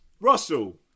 Russell